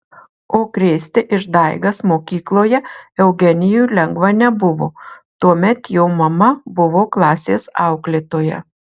o krėsti išdaigas mokykloje eugenijui lengva nebuvo tuomet jo mama buvo klasės auklėtoja